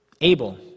Abel